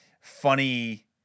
funny